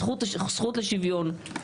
זכות לשוויון.